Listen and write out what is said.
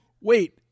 Wait